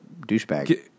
douchebag